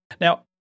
Now